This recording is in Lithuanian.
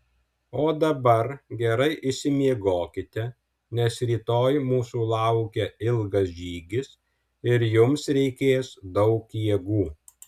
o dabar gerai išsimiegokite nes rytoj mūsų laukia ilgas žygis ir jums reikės daug jėgų